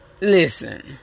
Listen